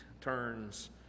turns